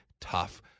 tough